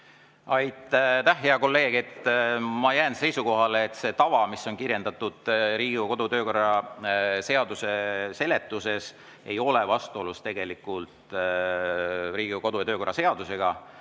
Aitäh, hea kolleeg! Ma jään seisukohale, et see tava, mida on kirjeldatud Riigikogu kodu‑ ja töökorra seaduse seletuses, ei ole vastuolus Riigikogu kodu‑ ja töökorra seadusega.